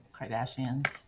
Kardashians